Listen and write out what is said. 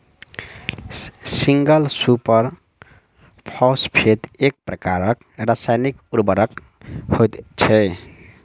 single super phosphate एक प्रकारक रासायनिक उर्वरक होइत छै